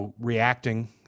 reacting